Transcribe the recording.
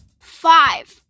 Five